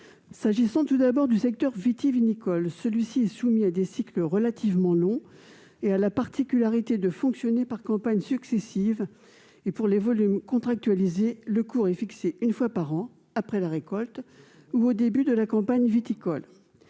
S'agissant tout d'abord du secteur vitivinicole, celui-ci est soumis à des cycles relativement longs et a la particularité de fonctionner par campagnes successives. Pour les volumes contractualisés, le cours est fixé une fois par an après la récolte ou au début de la campagne viticole.